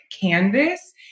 canvas